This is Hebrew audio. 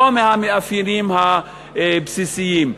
לא מהמאפיינים הבסיסיים.